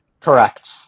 Correct